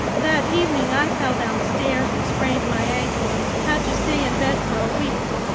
that evening i fell downstairs and sprained my ankle and had to stay in bed for a week.